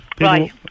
Right